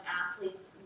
athlete's